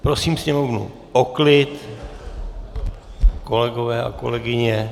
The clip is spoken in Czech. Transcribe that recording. Prosím sněmovnu o klid, kolegové a kolegyně.